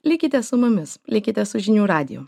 likite su mumis likite su žinių radiju